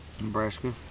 Nebraska